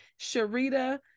Sharita